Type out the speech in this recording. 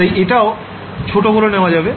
তাই এটাও ছোট করে নেওয়া যাবে